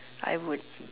I would